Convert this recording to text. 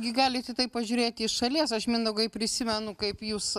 gi galit į tai pažiūrėti iš šalies aš mindaugai prisimenu kaip jūs